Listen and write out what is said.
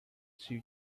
two